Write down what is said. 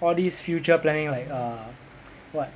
all this future planning like uh what